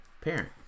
Parent